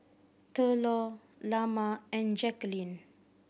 Thurlow Lamar and Jackeline